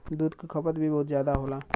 दूध क खपत भी बहुत जादा होला